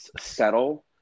settle